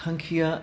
थांखिया